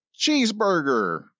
cheeseburger